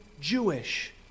Jewish